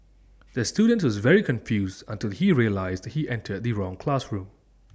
the student was very confused until he realised he entered the wrong classroom